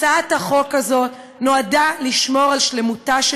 הצעת החוק הזאת נועדה לשמור על שלמותה של